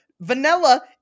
vanilla